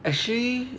actually